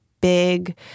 big